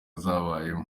zabayeho